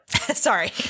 Sorry